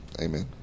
Amen